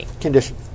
condition